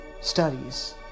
studies